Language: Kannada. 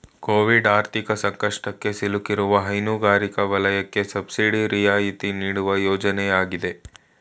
ಕೋವಿಡ್ ಆರ್ಥಿಕ ಸಂಕಷ್ಟಕ್ಕೆ ಸಿಲುಕಿರುವ ಹೈನುಗಾರಿಕೆ ವಲಯಕ್ಕೆ ಸಬ್ಸಿಡಿ ರಿಯಾಯಿತಿ ನೀಡುವ ಯೋಜನೆ ಆಗಿದೆ